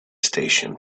station